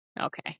Okay